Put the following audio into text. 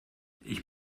ich